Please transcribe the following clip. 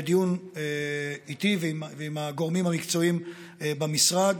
לדיון איתי ועם הגורמים המקצועיים במשרד,